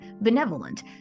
benevolent